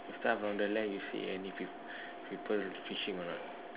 start from the left you see any people people fishing or not